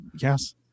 yes